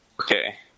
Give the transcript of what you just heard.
Okay